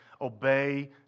Obey